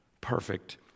perfect